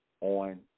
on